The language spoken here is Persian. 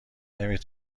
نمی